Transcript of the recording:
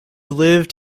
lived